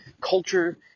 culture